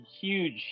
Huge